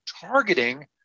targeting